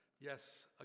Yes